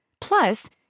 Plus